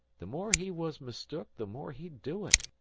the more he was mistook the more he'd do it.